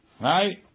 Right